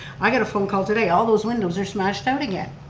i got a phone call today. all those windows they're smashed out again.